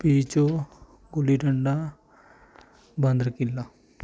ਪੀਚੋ ਗੁੱਲੀ ਡੰਡਾ ਬਾਂਦਰ ਕਿਲਾ